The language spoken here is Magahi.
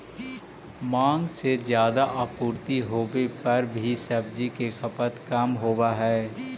माँग से ज्यादा आपूर्ति होवे पर भी सब्जि के खपत कम होवऽ हइ